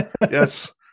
Yes